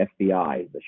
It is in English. FBI